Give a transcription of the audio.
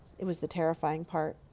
it was the terrifying part.